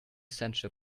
sancho